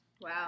Wow